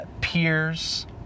peers